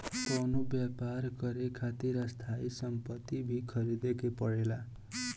कवनो व्यापर करे खातिर स्थायी सम्पति भी ख़रीदे के पड़ेला